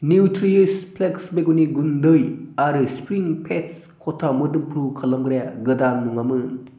Nutriwish flex बेगरनि गुन्दै आरो स्प्रिं फेस्ट खथा मोदोमफ्रु खालामग्राया गोदान नङामोन